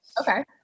okay